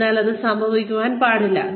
അതിനാൽ അത് സംഭവിക്കാൻ പാടില്ല